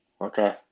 Okay